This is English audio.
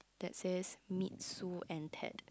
that says meet Sue and Ted